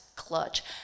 clutch